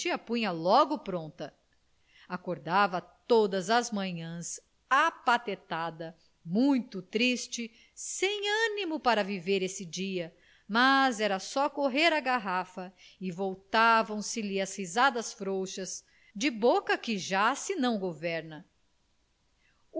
punha logo pronta acordava todas as manhãs apatetada muito triste sem animo para viver esse dia mas era só correr à garrafa e voltavam lhe as risadas frouxas de boca que já se não governa